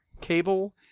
Cable